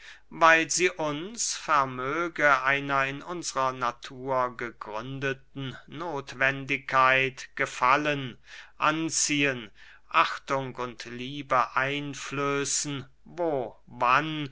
weil sie uns vermöge einer in unsrer natur gegründeten nothwendigkeit gefallen anziehen achtung und liebe einflößen wo wann